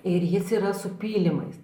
ir jis yra su pylimais